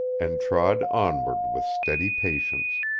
and trod onward with steady patience.